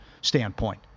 standpoint